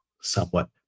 somewhat